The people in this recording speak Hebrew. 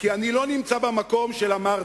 כי אני לא נמצא במקום של "אמרתי".